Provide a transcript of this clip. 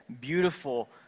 beautiful